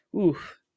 Oof